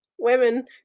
Women